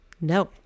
No